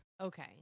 okay